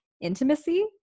intimacy